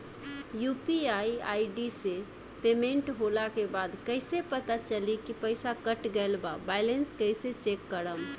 UPI ID से payment होला के बाद कइसे पता चली की पईसा कट गएल आ बैलेंस कइसे चेक करम?